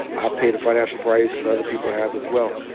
i've paid a financial price and other people have as well.